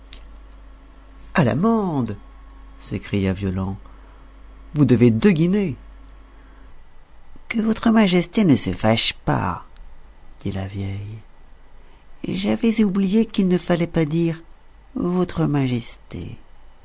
a l'amende s'écria violent vous devez deux guinées que votre majesté ne se fâche pas dit la vieille j'avais oublié qu'il ne fallait pas dire votre majesté